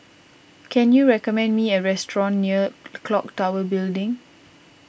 can you recommend me a restaurant near Clock Tower Building